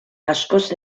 askoz